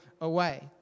away